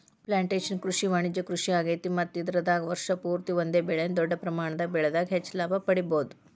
plantation ಕೃಷಿ ವಾಣಿಜ್ಯ ಕೃಷಿಯಾಗೇತಿ ಮತ್ತ ಇದರಾಗ ವರ್ಷ ಪೂರ್ತಿ ಒಂದೇ ಬೆಳೆನ ದೊಡ್ಡ ಪ್ರಮಾಣದಾಗ ಬೆಳದಾಗ ಹೆಚ್ಚ ಲಾಭ ಪಡಿಬಹುದ